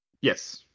yes